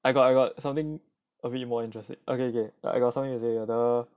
I got I got something a bit more interesting okay okay I got something to say